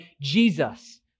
Jesus